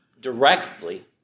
directly